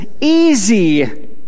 easy